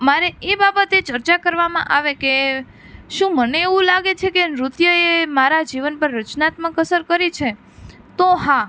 મારે એ બાબતે ચર્ચા કરવામાં આવે કે શું મને એવું લાગે છે કે નૃત્યએ મારા જીવન પર રચનાત્મક અસર કરી છે તો હા